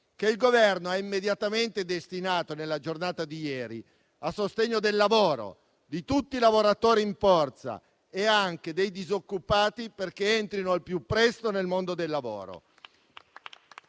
ieri il Governo ha immediatamente destinato a sostegno del lavoro, di tutti i lavoratori in forza e anche dei disoccupati, perché entrino al più presto nel mondo del lavoro